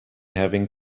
having